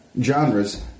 genres